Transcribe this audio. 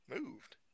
Moved